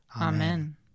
Amen